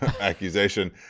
accusation